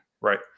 Right